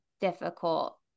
difficult